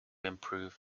improve